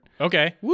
Okay